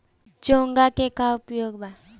चोंगा के का उपयोग बा?